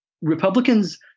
republicans